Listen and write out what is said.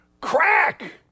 Crack